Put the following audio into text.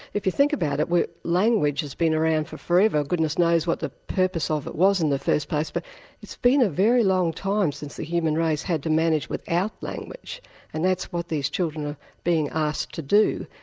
if you think about it language has been around for for ever, goodness knows what the purpose of it was in the first place, but it's been a very long time since the human race had to manage without language and that's what these children are being asked to do,